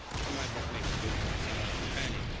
so my book makes a good companion.